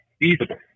feasible